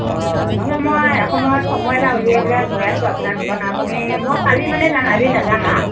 অ নহ'লে মই এসময়ত সময় এটা উলিয়াই পেলাই গৈ আছোঁ আপোনাৰ দোকানত আপুনি মই কালি মানে যাম আজি নেযাম আৰু